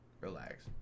Relax